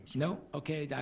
no, okay. yeah